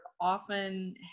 often